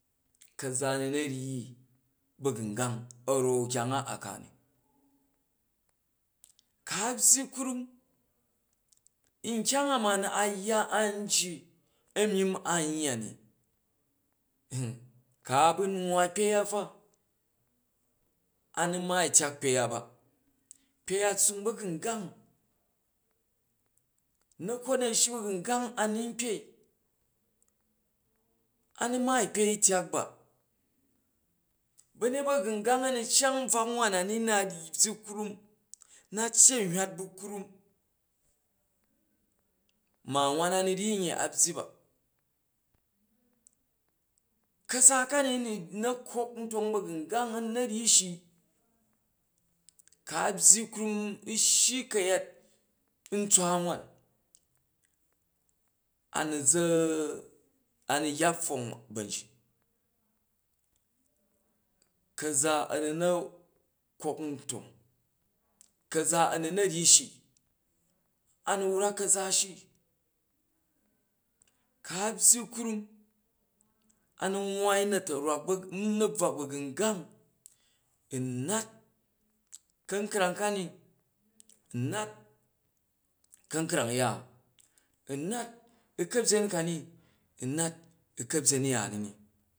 Ka̱za a̱ nu na̱ ryyi ba̱gungang a̱ zau kyong a ra̱ ka ni, ku a byyi krom nkyang a ma a yya an ji a̱ myimm an yya ni ku a bu nwwa kpei a fa a nu maai u̱ tyak kpei a ba kpei a tsuung ba̱gungang, na̱ka a shyi ba̱gungang a nu n kpei, a nu maai u̱ kpei tyak ba, ba̱nyet ba̱gungang a nu cyang nbvwak wan na byyi krum, na tyyi a̱n hywat ba̱ kram ma wan a nu ryyi nye a byyi, ba, ka̱sa ka ni a̱ nu na̱ kok ntong ba̱gungang, a̱ nu na̱ ryyi shii ku a̱ byyi krum a̱ shyi ka̱yat ntswa wan, a nu za anu yya pfwong ba̱n ji, ka̱za a̱ nu na kok ntong, ka̱za a̱ nu na̱ ryyi shii a nu wrak ka̱za shii, ku a̱ byyi krum a nu nwaai na̱btuwak u̱ ha̱bvwa ba̱gungang u nat ka̱nkrang ka ni u̱ nat ka̱nkrang ya, u̱ nat u̱ ka̱byen kani u̱ nat u̱ ka̱byen yani.